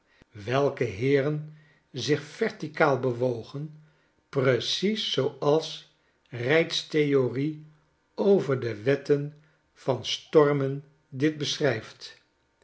welke heeren zich verticaal bewogen precipes zooals reid's theorie over de wetten van stormen dit beschrrjft